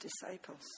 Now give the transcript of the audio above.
disciples